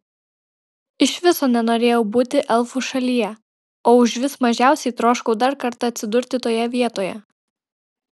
iš viso nenorėjau būti elfų šalyje o užvis mažiausiai troškau dar kartą atsidurti toje vietoje